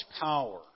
power